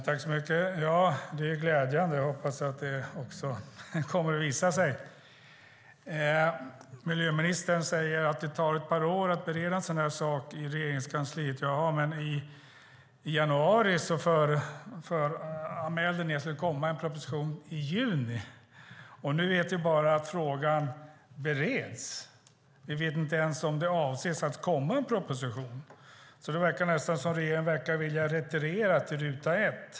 Herr talman! Det är glädjande, och jag hoppas att det också visar sig. Miljöministern säger att det tar ett par år att bereda en sådan här sak i Regeringskansliet. Ja, men i januari föranmälde ni att det skulle komma en proposition i juni. Nu vet vi bara att frågan bereds. Vi vet inte ens om avsikten är att det kommer en proposition. Det verkar nästan som om regeringen vill retirera till ruta ett.